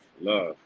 love